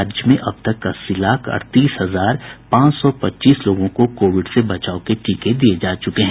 राज्य में अब तक अस्सी लाख अड़तीस हजार पांच सौ पच्चीस लोगों को कोविड से बचाव के टीके दिये जा चुके हैं